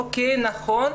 אוקיי, נכון,